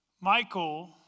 Michael